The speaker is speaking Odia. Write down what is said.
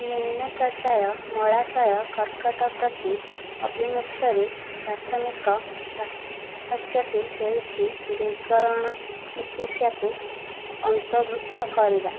ନିମ୍ନ ପର୍ଯ୍ୟାୟ ମଳାଶୟ କର୍କଟ ପ୍ରତି ଆଭିମୁଖ୍ୟରେ ପ୍ରାଥମିକ ପାର୍ଥକ୍ୟଟି ହେଉଛି ବିକିରଣ କିକିତ୍ସାକୁ ଅନ୍ତର୍ଭୁକ୍ତ କରିବା